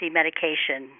medication